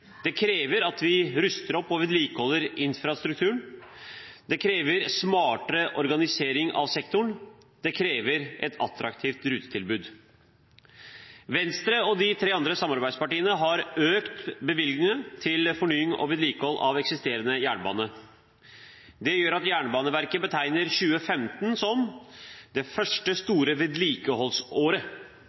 Det krever at vi ruster opp og vedlikeholder infrastrukturen. Det krever en smartere organisering av sektoren. Det krever et attraktivt rutetilbud. Venstre og de tre andre samarbeidspartiene har økt bevilgningene til fornying og vedlikehold av eksisterende jernbane. Det gjør at Jernbaneverket betegner 2015 som «det første store vedlikeholdsåret»,